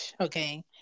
okay